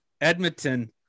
Edmonton